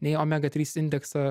nei omega trys indeksą